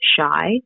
shy